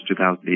2008